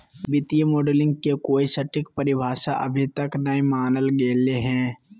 वित्तीय मॉडलिंग के कोई सटीक परिभाषा अभी तक नय मानल गेले हें